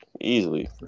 easily